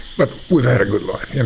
but we've had a good life. and